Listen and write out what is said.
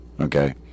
Okay